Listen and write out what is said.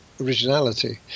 originality